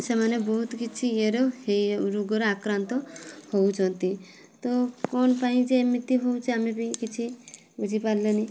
ସେମାନେ ବହୁତ କିଛି ଇଏର ରୋଗର ଆକ୍ରାନ୍ତ ହେଉଛନ୍ତି ତ କ'ଣ ପାଇଁ ଯେ ଏମିତି ହେଉଛି ଆମେ ବି କିଛି ବୁଝିପାରିଲୁନି